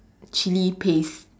chilli paste